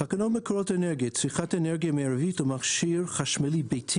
תקנות מקורות אנרגיה (צריכת אנרגיה מרבית למכשיר חשמל ביתי)